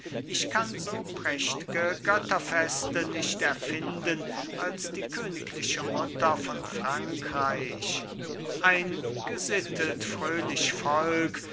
ich kann so prächt'ge götterfeste nicht erfinden als die königliche mutter von frankreich ein gesittet fröhlich